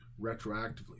retroactively